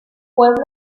pueblo